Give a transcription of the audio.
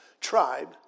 tribe